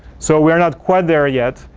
so, we're not quite there yet.